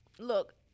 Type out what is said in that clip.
Look